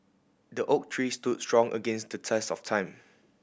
the oak tree stood strong against the test of time